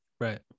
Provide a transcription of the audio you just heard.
Right